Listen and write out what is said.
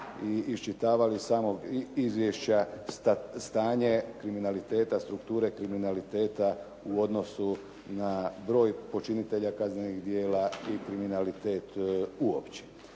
i iščitavali iz samog izvješća stanje kriminaliteta, strukture kriminaliteta u odnosu na broj počinitelja kaznenih djela i kriminalitet uopće.